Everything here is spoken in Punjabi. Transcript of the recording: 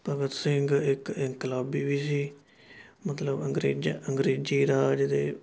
ਭਗਤ ਸਿੰਘ ਇੱਕ ਇਨਕਲਾਬੀ ਵੀ ਸੀ ਮਤਲਬ ਅੰਗਰੇਜ਼ ਅੰਗਰੇਜ਼ੀ ਰਾਜ ਦੇ